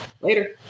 later